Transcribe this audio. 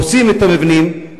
הורסים את המבנים,